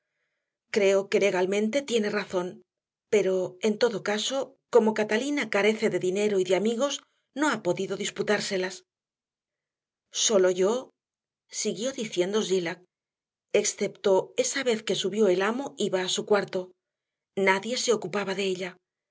creo que legalmente tiene razón pero en todo caso como catalina carece de dinero y de amigos no ha podido disputárselas sólo yo siguió diciéndome zillah excepto esa vez que subió el amo iba a su cuarto nadie se ocupaba de ella